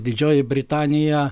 didžioji britanija